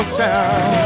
town